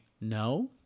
no